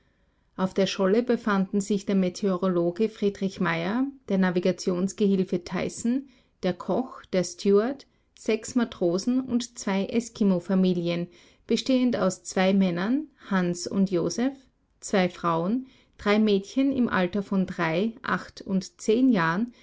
auf der scholle befanden sich der meteorologe friedrich meyer der navigationsgehilfe tyson der koch der steward sechs matrosen und zwei eskimofamilien bestehend aus zwei männern hans und joseph zwei frauen drei mädchen im alter von drei acht und zehn jahren